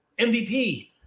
MVP